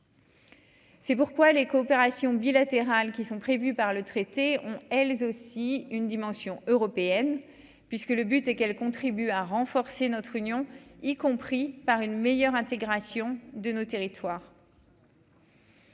C'est pourquoi les coopérations bilatérales qui sont prévues par le traité, ont elles aussi une dimension européenne, puisque le but et qu'elle contribue à renforcer notre union, y compris par une meilleure intégration de nos territoires.